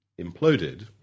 imploded